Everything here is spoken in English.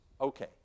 Okay